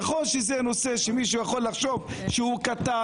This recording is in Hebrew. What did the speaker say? נכון שזה נושא שמישהו יכול לחשוב שהוא קטן,